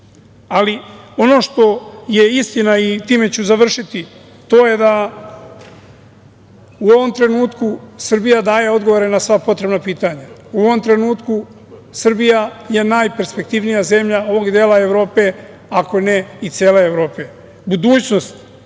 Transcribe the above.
ono što je istina, i time ću završiti, to je da u ovom trenutku Srbija daje odgovore na sva potrebna pitanja. U ovom trenutku Srbija je najperspektivnija zemlja ovog dela Evrope, ako ne i cele Evrope. Budućnost